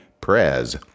prez